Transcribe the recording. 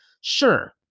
Sure